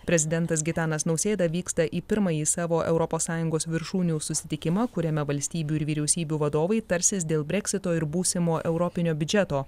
prezidentas gitanas nausėda vyksta į pirmąjį savo europos sąjungos viršūnių susitikimą kuriame valstybių ir vyriausybių vadovai tarsis dėl breksito ir būsimo europinio biudžeto